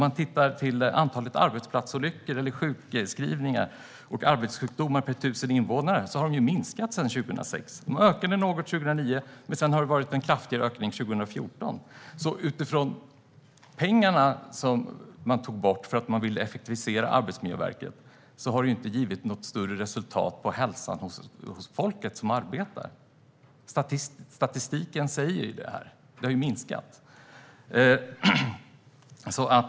Antalet arbetsplatsolyckor, sjukskrivningar och arbetssjukdomar per 1 000 invånare har ju minskat sedan 2006. De ökade något 2009, men sedan har det varit en kraftig ökning 2014. Att man tog bort pengar för att man ville effektivisera Arbetsmiljöverket har alltså inte givit något större resultat på hälsan hos dem som arbetar. Statistiken visar ju på en minskning.